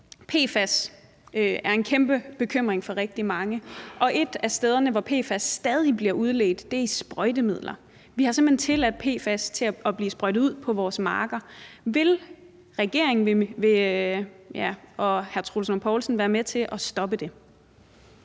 PFAS er en kæmpe bekymring for rigtig mange, og et af stederne, hvor PFAS stadig bliver udledt, er gennem sprøjtemidler. Vi har simpelt hen tilladt, at PFAS bliver sprøjtet ud på vores marker. Vil regeringen og hr. Troels Lund Poulsen være med til at stoppe det?